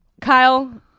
kyle